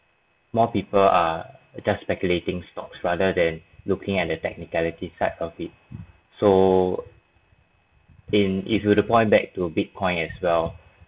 more people are just speculating stocks rather than looking at the technicality side of it so in if you were to point back to bitcoin as well